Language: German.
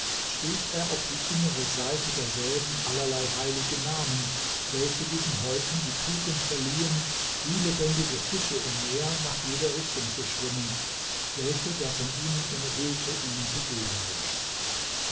schrieb er auf die innere seite derselben allerlei heilige namen welche diesen häuten die tugend verliehen wie lebendige fische im meer nach jeder richtung zu schwimmen welche der von ihnen umhüllte ihnen zu geben wünscht